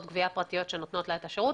גבייה פרטיות שנותנות לה את השירות,